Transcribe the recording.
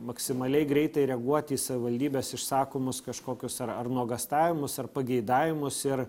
maksimaliai greitai reaguoti į savivaldybės išsakomus kažkokius ar ar nuogąstavimus ar pageidavimus ir